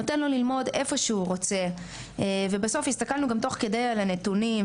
אז מה יגרום לסטודנט להעדיף את המוסד שלנו,